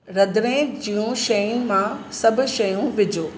रंधिणे जूं शयुनि मां सभई शयूं विझो